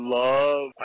love